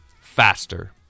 faster